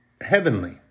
heavenly